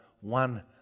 one